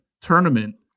tournament